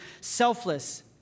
selfless